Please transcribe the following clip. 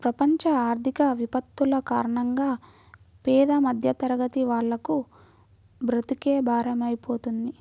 ప్రపంచ ఆర్థిక విపత్తుల కారణంగా పేద మధ్యతరగతి వాళ్లకు బ్రతుకే భారమైపోతుంది